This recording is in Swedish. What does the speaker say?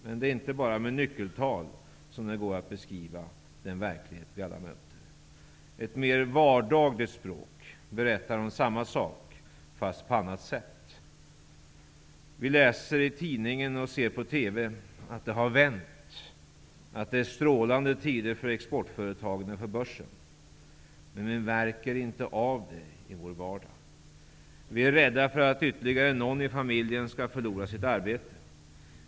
Men det är inte bara med nyckeltal som det går att beskriva den verklighet som vi alla möter. Ett mer vardagligt språk berättar om samma sak, fast på annat sätt. Vi läser i tidningen och ser på TV att läget har vänt och att det är strålande tider för exportföretagen och för börsen, men vi märker inte detta i vår vardag. Vi är rädda för att ytterligare någon i familjen skall förlora sitt arbete.